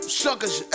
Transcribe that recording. suckers